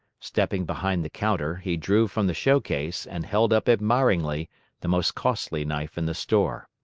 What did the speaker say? stepping behind the counter, he drew from the show-case and held up admiringly the most costly knife in the store.